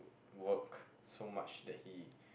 worked so much that he